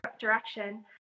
direction